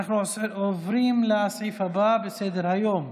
אנחנו עוברים לסעיף הבא בסדר-היום,